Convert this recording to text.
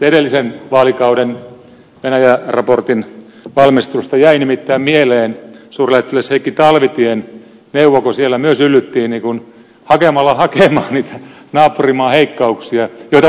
edellisen vaalikauden venäjä raportin valmistelusta jäi nimittäin mieleen suurlähettiläs heikki talvitien neuvo kun siellä myös yllyttiin hakemalla hakemaan niitä naapurimaan heikkouksia joita varmasti piisaa